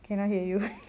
cannot hear you